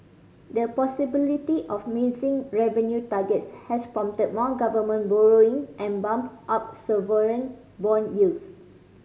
the possibility of missing revenue targets has prompted more government borrowing and bumped up sovereign bond yields